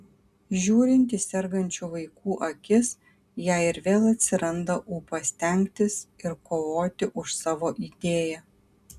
žiūrint į sergančių vaikų akis jai ir vėl atsiranda ūpas stengtis ir kovoti už savo idėją